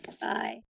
Bye